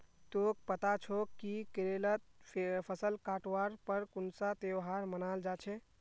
तोक पता छोक कि केरलत फसल काटवार पर कुन्सा त्योहार मनाल जा छे